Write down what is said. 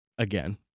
again